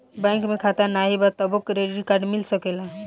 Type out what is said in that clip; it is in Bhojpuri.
बैंक में खाता नाही बा तबो क्रेडिट कार्ड मिल सकेला?